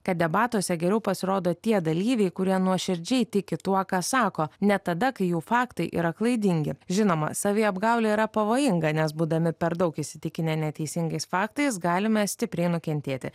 kad debatuose geriau pasirodo tie dalyviai kurie nuoširdžiai tiki tuo ką sako net tada kai jau faktai yra klaidingi žinoma saviapgaulė yra pavojinga nes būdami per daug įsitikinę neteisingais faktais galime stipriai nukentėti